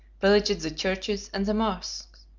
pillaged the churches and the moschs,